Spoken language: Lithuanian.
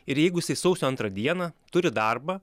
ir jeigu jisai sausio antrą dieną turi darbą